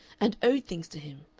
and owed things to him,